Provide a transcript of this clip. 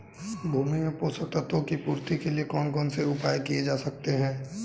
भूमि में पोषक तत्वों की पूर्ति के लिए कौन कौन से उपाय किए जा सकते हैं?